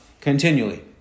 continually